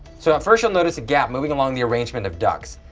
so at first you'll notice a gap moving along the arrangement of ducks,